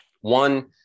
One